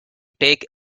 take